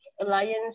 alliance